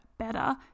better